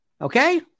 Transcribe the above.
Okay